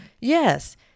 yes